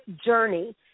journey